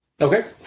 Okay